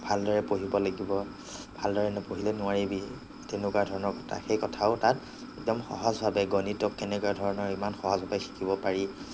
ভালদৰে পঢ়িব লাগিব ভালদৰে নপঢ়িলে নোৱাৰিবি তেনেকুৱা ধৰণৰ কথা সেই কথাও তাত একদম সহজভাৱে গণিতক কেনেকুৱা ধৰণৰ ইমান সহজভাৱে শিকিব পাৰি